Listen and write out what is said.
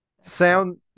Sound